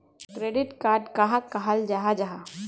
Credit card कहाक कहाल जाहा जाहा?